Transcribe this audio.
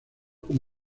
como